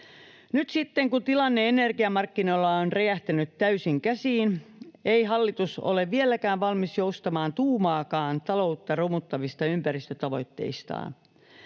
Nyt sitten, kun tilanne energiamarkkinoilla on räjähtänyt täysin käsiin, ei hallitus ole vieläkään valmis joustamaan tuumaakaan taloutta romuttavista ympäristötavoitteistaan.